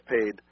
paid